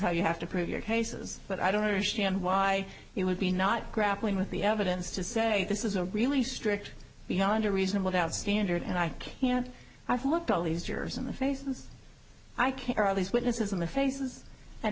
how you have to prove your cases but i don't understand why you would be not grappling with the evidence to say this is a really strict beyond a reasonable doubt standard and i can't i've looked all these years in the faces i care of these witnesses and the faces and